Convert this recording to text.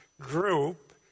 group